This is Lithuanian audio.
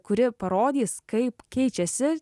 kuri parodys kaip keičiasi